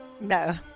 No